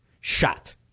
shot